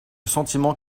sentiment